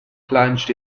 plunged